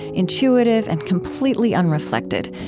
intuitive, and completely unreflected,